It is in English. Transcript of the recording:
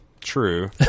True